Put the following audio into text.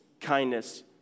kindness